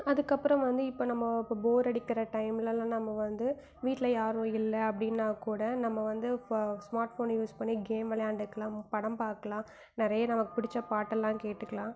அதுக்கப்பறம் வந்து இப்போ நம்ம இப்போ போர் அடிக்கிற டைமிலலாம் நம்ம வந்து வீட்டில் யாரும் இல்லை அப்படின்னா கூட நம்ம வந்து ஸ்மார்ட் ஃபோன் யூஸ் பண்ணி கேம் விளையாண்டுக்குலாம் படம் பார்க்குலாம் நிறைய நமக்கு பிடிச்ச பாட்டெல்லாம் கேட்டுக்கலாம்